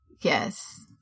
Yes